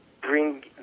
bring